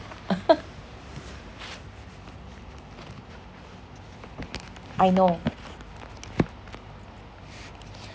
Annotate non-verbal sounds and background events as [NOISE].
[LAUGHS] I know